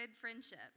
friendship